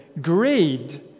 greed